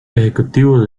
ejecutivo